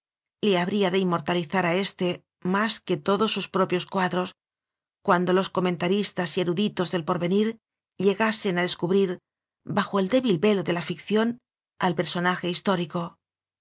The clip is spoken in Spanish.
le habría de inmortalizar a éste más que todos sus pro pios cuadros cuando los comentaristas y eruditos del porvenir llegasen a descubrir bajo el débil velo de la ficción al personaje histórico